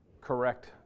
correct